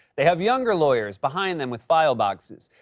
they have younger lawyers behind them with file boxes.